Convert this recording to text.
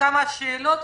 כמה שאלות,